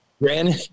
Brandon